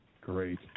Great